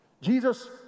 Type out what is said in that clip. Jesus